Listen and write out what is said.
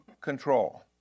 control